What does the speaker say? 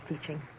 teaching